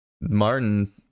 Martin